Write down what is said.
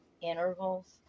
intervals